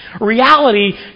Reality